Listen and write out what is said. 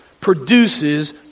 produces